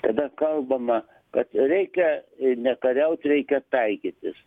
kada kalbama kad reikia ne kariaut reikia taikytis